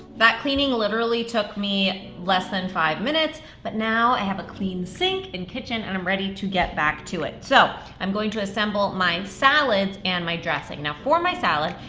that cleaning literally took me less than five minutes, but now i have a clean sink and kitchen, and i'm ready to get back to it. so i'm going to assemble my salads and my dressing. now for my salad,